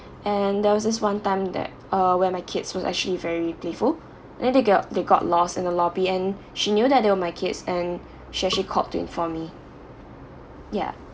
and there was this one time that uh when my kids was actually very playful then they got they got lost in the lobby and she knew that they were my kids and she actually called in for me yeah